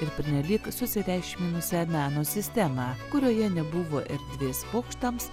ir pernelyg susireikšminusią meno sistemą kurioje nebuvo erdvės pokštams